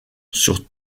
sur